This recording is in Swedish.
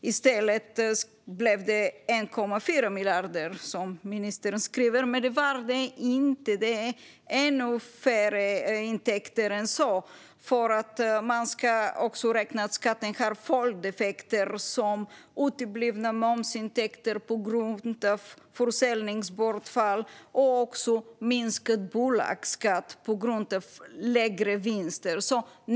Ministern sa att det i stället blev 1,4 miljarder. Men det blev det inte. Intäkterna blev ännu lägre än så. Man ska också räkna med att skatten får följdeffekter, som uteblivna momsintäkter på grund av försäljningsbortfall och minskad bolagsskatt på grund av lägre vinster.